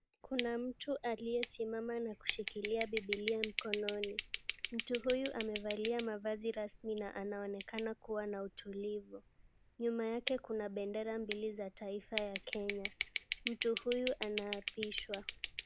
Kuna mtu aliyesimama na kushikilia bibilia mkononi. Mtu huyu amevalia mavazi rasmi na anaonekana kuwa na utulivu. Nyuma yake kuna bendera mbili za taifa ya Kenya. Mtu huyu anaapishwa.